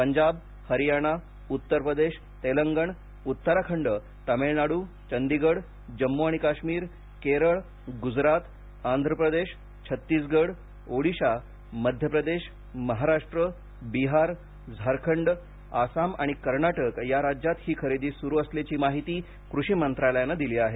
पंजाब हरियाणा उत्तर प्रदेश तेलंगण उत्तराखंड तामिळनाडू चंडीगड जम्मू आणि काश्मीर केरळ गुजरात आंध्र प्रदेश छत्तीसगड ओडिशा मध्य प्रदेश महाराष्ट्र बिहार झारखंड आसाम आणि कर्नाटक या राज्यात ही खरेदी सुरु असल्याची माहिती कृषी मंत्रालयाने दिली आहे